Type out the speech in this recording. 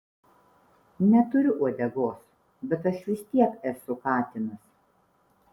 neturiu uodegos bet aš vis tiek esu katinas